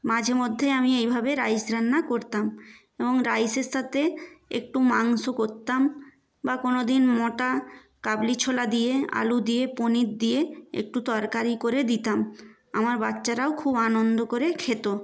মাঝে মধ্যে আমি এইভাবে রাইস রান্না করতাম এবং রাইসের সাথে একটু মাংস করতাম বা কোনো দিন মোটা কাবলি ছোলা দিয়ে আলু দিয়ে পনির দিয়ে একটু তরকারি করে দিতাম আমার বাচ্চারাও খুব আনন্দ করে খেত